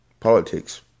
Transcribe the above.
Politics